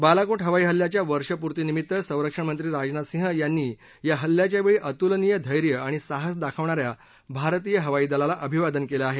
बालाकोट हवाई हल्ल्याच्या वर्षपूर्तीनिमित्त संरक्षणमंत्री राजनाथ सिंग यांनी या हल्ल्याच्या वेळी अतुलनीय धैर्य आणि साहस दाखवणाऱ्या भारतीय हवाईदलाला अभिवादन केलं आहे